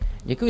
Děkuji.